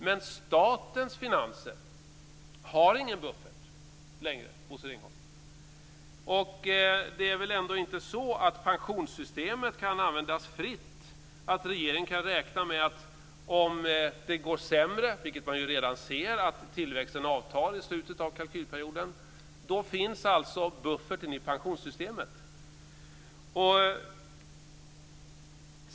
Men statens finanser har ingen buffert längre, Bosse Det är väl ändå inte så att pensionssystemet kan användas fritt och att regeringen om det går sämre - man ser redan att tillväxten avtar i slutet av kalkylperioden - kan räkna med att bufferten finns i pensionssystemet?